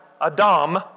Adam